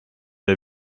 der